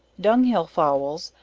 dunghill fowls,